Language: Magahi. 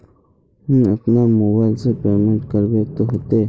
हम अपना मोबाईल से पेमेंट करबे ते होते?